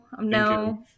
No